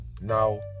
Now